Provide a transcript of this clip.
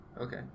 Okay